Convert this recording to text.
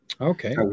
Okay